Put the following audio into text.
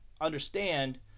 understand